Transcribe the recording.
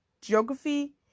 geography